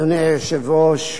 אדוני היושב-ראש,